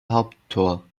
haupttor